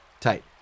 Tight